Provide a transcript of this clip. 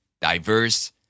diverse